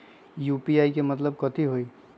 UPI के मतलब कथी होई?